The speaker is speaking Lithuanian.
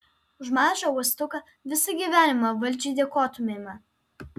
už mažą uostuką visą gyvenimą valdžiai dėkotumėme